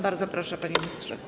Bardzo proszę, panie ministrze.